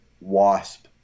wasp